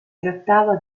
trattava